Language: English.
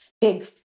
big